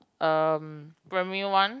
erm primary one